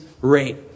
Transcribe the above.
rate